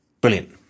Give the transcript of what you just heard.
brilliant